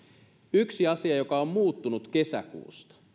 yksi asia joka on muuttunut kesäkuusta